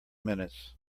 minutes